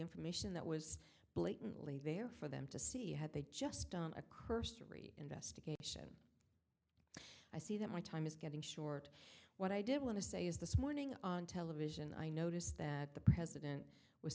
information that was blatantly there for them to see had they just done a cursory investigation i see that my time is getting short what i did want to say is this morning on television i notice that the president was